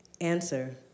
Answer